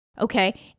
Okay